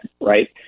Right